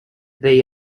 they